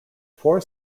four